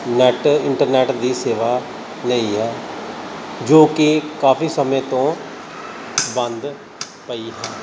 net internet ਦੀ ਸੇਵਾ ਲਈ ਹੈ ਜੋ ਕਿ ਕਾਫੀ ਸਮੇਂ ਤੋਂ ਬੰਦ ਪਈ ਹੈ